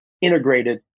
integrated